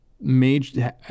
major